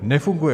Nefunguje.